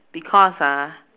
because ah